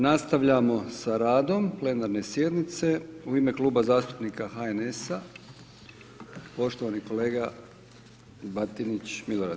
Nastavljamo sa radom plenarne sjednice u ime Kluba zastupnika HNS-a poštovani kolega Batinić Milorad.